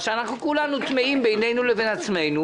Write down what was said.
מה שאנחנו כולנו תמהים בינינו לבין עצמנו